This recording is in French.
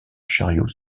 chariot